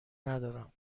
ندارم